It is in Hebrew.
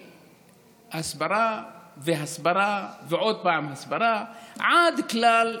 מההסברה והסברה ועוד פעם הסברה, עד כלל